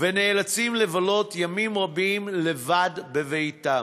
ונאלצים לבלות ימים רבים לבד בביתם.